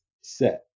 set